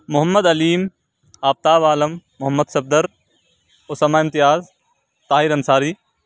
Muhammad Aleem Aftab Alam Mohammad Safdar Usama Imtiaz Tahir Ansari